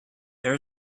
there